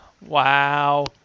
Wow